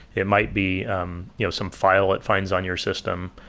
it might be um you know some file it finds on your system,